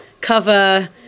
cover